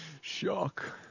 Shock